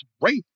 great